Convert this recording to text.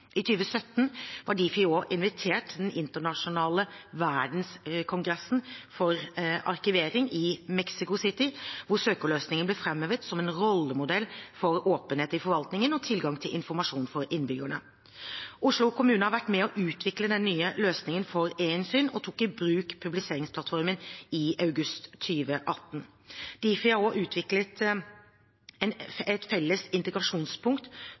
I 2017 var Difi også invitert til verdenskongressen for arkivering i Mexico City, hvor søkeløsningen ble framhevet som en rollemodell for åpenhet i forvaltningen og tilgang til informasjon for innbyggerne. Oslo kommune har vært med på å utvikle den nye løsningen for eInnsyn og tok i bruk publiseringsplattformen i august 2018. Difi har også utviklet et felles integrasjonspunkt